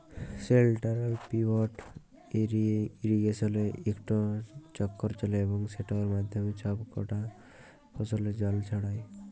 central pivot ইরিগেসলে ইকট চক্কর চলে এবং সেটর মাধ্যমে ছব কটা ফসলে জল ছড়ায়